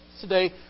today